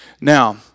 Now